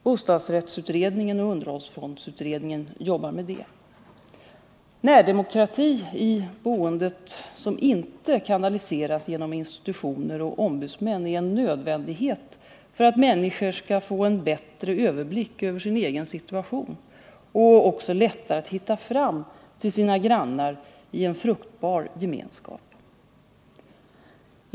Bostadsrättsutredningen och underhållsfondsutredningen arbetar med detta. Närdemokrati i boendet som inte kanaliseras genom institutioner och ombudsmän är en nödvändighet för att människorna skall få en bättre överblick över sin egen situation och lättare kunna hitta fram till sina grannar i en fruktbar gemenskap.